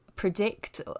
predict